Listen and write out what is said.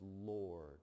Lord